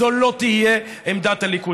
זו לא תהיה עמדת הליכוד.